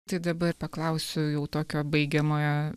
tai dabar paklausiu jau tokio baigiamojo